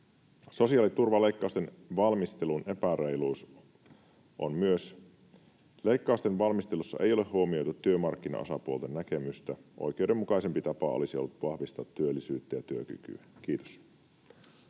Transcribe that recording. Sosiaaliturvaleikkausten valmistelun epäreiluus on myös: leikkausten valmistelussa ei ole huomioitu työmarkkinaosapuolten näkemystä. Oikeudenmukaisempi tapa olisi ollut vahvistaa työllisyyttä ja työkykyä. — Kiitos.